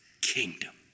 kingdom